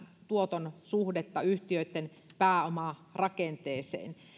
tuoton suhteeseen yhtiöitten pääomarakenteeseen